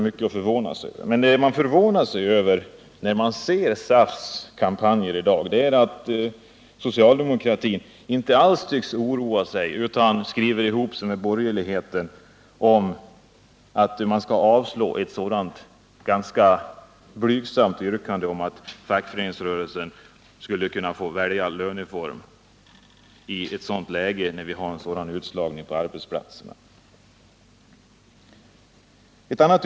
Men man förvånar sig över att socialdemokratin inte oroar sig över SAF:s kampanjer utan skriver ihop sig med borgerligheten om att avslå ett sådant ganska blygsamt yrkande om att fackföreningsrörelsen skulle få välja löneform när vi har en sådan utslagning på arbetsplatserna.